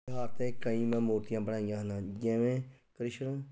ਤਿਉਹਾਰ 'ਤੇ ਕਈ ਮੈਂ ਮੂਰਤੀਆਂ ਬਣਾਈਆਂ ਹਨ ਜਿਵੇਂ ਕ੍ਰਿਸ਼ਨ